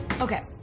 Okay